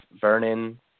Vernon